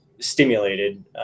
stimulated